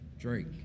Drake